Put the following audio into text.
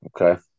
Okay